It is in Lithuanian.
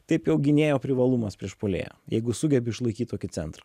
taip jau gynėjo privalumas prieš puolėją jeigu sugebi išlaikyt tokį centrą